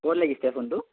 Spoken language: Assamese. ক'ত লাগিছে ফোনটো